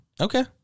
Okay